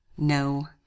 no